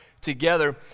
together